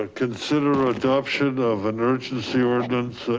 ah consider adoption of an urgency ordinance,